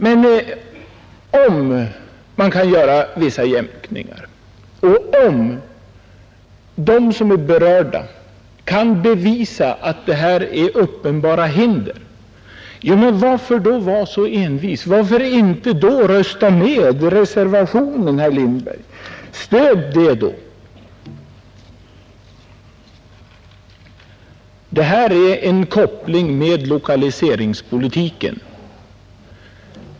Men om man kan göra vissa jämkningar och om de som är berörda kan bevisa att det här är uppenbara hinder, varför då vara så envis, varför då inte rösta med reservationen, herr Lindberg? Stöd den i så fall! Transportstödet är sammankopplat med lokaliseringspolitiken.